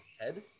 Head